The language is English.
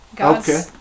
Okay